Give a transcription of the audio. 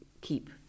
keep